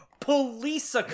police